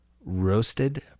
roasted